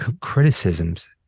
criticisms